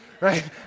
right